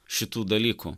šitų dalykų